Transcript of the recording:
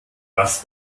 das